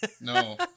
No